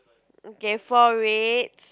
okay four reds